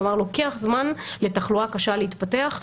כלומר, לוקח זמן לתחלואה קשה להתפתח.